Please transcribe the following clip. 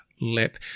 lip